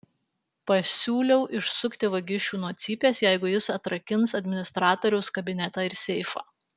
pasiūliau išsukti vagišių nuo cypės jeigu jis atrakins administratoriaus kabinetą ir seifą